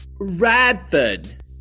Radford